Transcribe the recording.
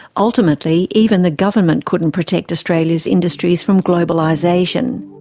ultimately, even the government couldn't protect australia's industries from globalisation.